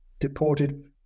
deported